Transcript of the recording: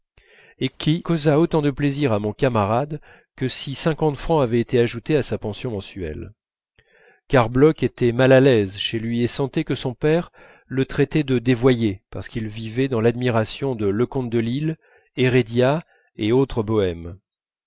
et qui causa autant de plaisir à mon camarade que si cinquante francs avaient été ajoutés à sa pension mensuelle car bloch était mal à l'aise chez lui et sentait que son père le traitait de dévoyé parce qu'il vivait dans l'admiration de leconte de lisle heredia et autres bohèmes